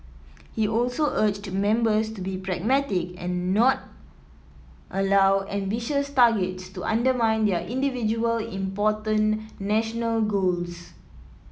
he also urged members to be pragmatic and not allow ambitious targets to undermine their individual important national goals